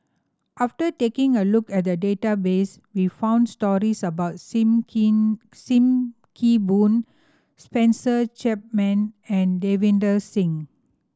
after taking a look at the database we found stories about Sim Keen Sim Kee Boon Spencer Chapman and Davinder Singh